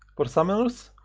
for summoners,